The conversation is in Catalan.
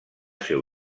seu